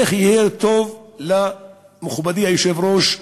איך יהיה טוב למכובדי היושב-ראש,